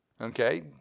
Okay